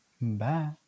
bye